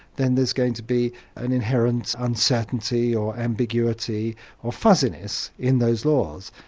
then there's going to be an inherent uncertainty or ambiguity or fuzziness in those laws.